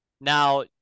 Now